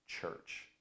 church